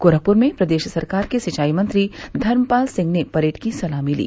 गोरखपुर में प्रदेश सरकार के सिंचाई मंत्री धर्मपाल सिंह ने परेड की सलामी ली